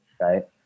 right